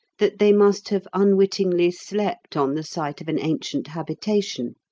that they must have unwittingly slept on the site of an ancient habitation.